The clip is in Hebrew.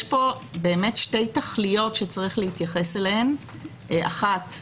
יש פה שתי תכליות שצריך להתייחס אליהן: האחת,